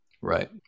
Right